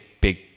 big